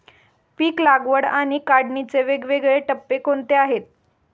पीक लागवड आणि काढणीचे वेगवेगळे टप्पे कोणते आहेत?